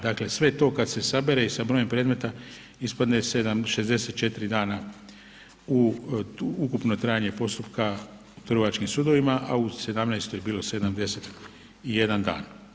Dakle, sve to kad se sabere i sa brojem predmeta ispadne 7 64 dana u ukupno trajanje postupka u trgovačkim sudovima, a u '17 je bilo 71 dan.